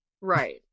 right